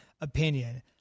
opinion